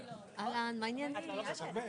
שלום לכולם, צהריים טובים, ראש חודש טוב לכולם.